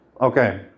Okay